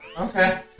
Okay